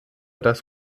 das